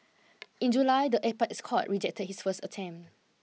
in July the apex court rejected his first attempt